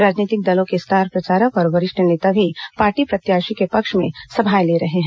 राजनीतिक दलों के स्टार प्रचारक और वरिष्ठ नेता भी पार्टी प्रत्याशियों के पक्ष में सभाएं ले रहे हैं